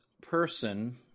person